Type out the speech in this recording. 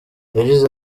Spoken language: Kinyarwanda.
yagize